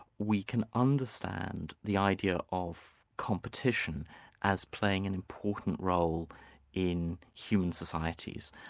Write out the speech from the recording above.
we can understand the idea of competition as playing an important role in human societies,